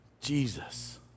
Jesus